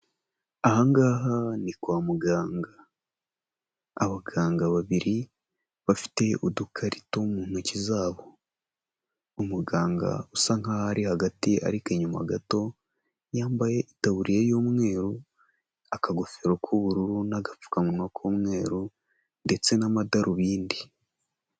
Aha ngaha ni kwa muganga, abaganga babiri bafite udukarito mu ntoki zabo, umuganga usa nk'aho ari hagati ariko inyuma gato yambaye itaburiye y'umweru, akagofero k'ubururu n'agapfukamunwa k'umweru ndetse n'amadarubindi.